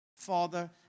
Father